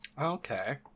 Okay